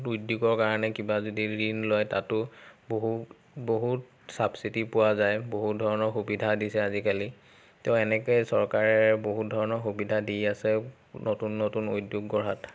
উদ্যোগৰ কাৰণে কিবা যদি ঋণ লয় তাতো বহু বহুত চাবছিটি পোৱা যায় বহুত ধৰণৰ সুবিধা দিছে আজিকালি ত' এনেকে চৰকাৰে বহুত ধৰণৰ সুবিধা দি আছে নতুন নতুন উদ্যোগ গঢ়াত